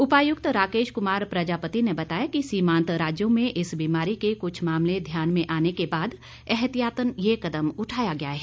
उपायुक्त राकेश क्मार प्रजापति ने बताया कि सीमांत राज्यों में इस बीमारी के क्छ मामलें ध्यान में आने के बाद ऐतिहातन यह कदम उठाया गया है